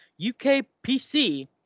UKPC